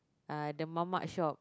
uh the mamak shop